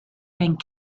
and